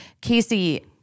Casey